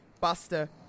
Buster